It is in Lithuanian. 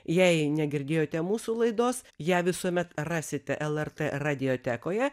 jei negirdėjote mūsų laidos ją visuomet rasite lrt radiotekoje